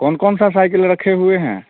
कौन कौन सा साइकिल रखे हुए हैं